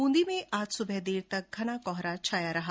बूंदी में आज सुबह देर तक घना कोहरा छाया रहा